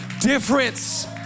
difference